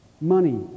Money